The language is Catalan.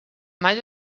mai